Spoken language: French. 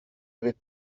avait